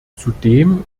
zudem